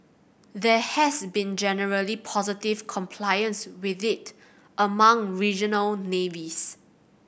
there has been generally positive compliance with it among regional navies